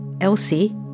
Elsie